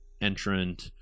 entrant